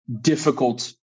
difficult